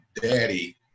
daddy